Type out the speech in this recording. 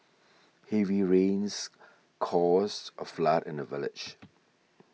heavy rains caused a flood in the village